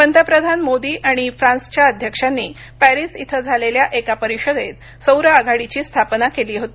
पंतप्रधान मोदी आणि फ्रान्सच्या अध्यक्षांनी पॅरीस इथं झालेल्या एका परिषदेत सौर आघाडीची स्थापना केली होती